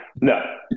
No